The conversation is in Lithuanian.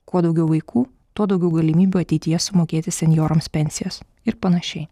kuo daugiau vaikų tuo daugiau galimybių ateityje sumokėti senjorams pensijas ir panašiai